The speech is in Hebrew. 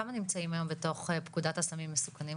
כמה נמצאים היום בתוך פקודת הסמים המסוכנים,